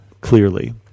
clearly